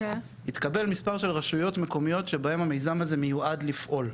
התקבל מספר של רשויות מקומיות שבהם המיזם הזה מיועד לפעול,